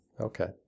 Okay